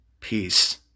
Peace